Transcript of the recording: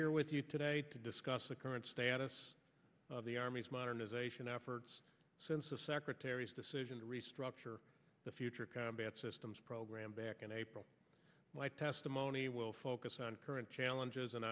here with you today to discuss the current status of the army's modernization efforts since the secretary's decision to restructure the future combat systems program back in april my testimony will focus on current challenges and